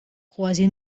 kważi